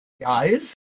guys